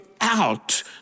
out